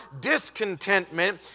discontentment